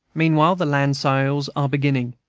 meanwhile, the land sales are beginning,